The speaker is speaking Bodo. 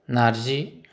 नारजि